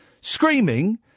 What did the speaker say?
screaming